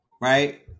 Right